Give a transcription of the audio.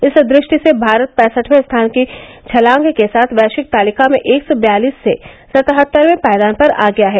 इस दृष्टि से भारत पैंसठवे स्थान की छलांग के साथ वैश्विक तालिका में एक सौ बयालिस से सतहत्तरवे पायदान पर आ गया है